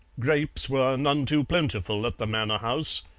grapes were none too plentiful at the manor house,